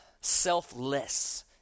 selfless